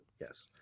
yes